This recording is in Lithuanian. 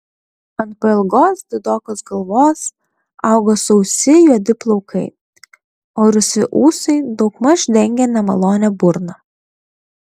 ant pailgos didokos galvos augo sausi juodi plaukai o rusvi ūsai daugmaž dengė nemalonią burną